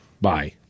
Bye